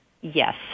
Yes